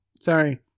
sorry